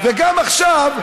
וגם עכשיו,